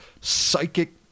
psychic